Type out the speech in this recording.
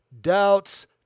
Doubts